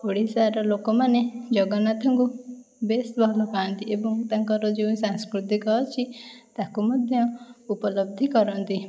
ଓଡ଼ିଶାର ଲୋକମାନେ ଜଗନ୍ନାଥଙ୍କୁ ବେଶ୍ ଭଲ ପାଆନ୍ତି ଏବଂ ତାଙ୍କର ଯେଉଁ ସାଂସ୍କୃତିକ ଅଛି ତାକୁ ମଧ୍ୟ ଉପଲବ୍ଧି କରନ୍ତି